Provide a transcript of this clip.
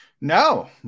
no